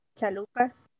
chalupas